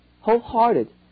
Wholehearted